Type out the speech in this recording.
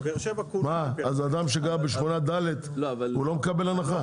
מה אז אדם שגר בשכונה ד' הוא לא מקבל הנחה?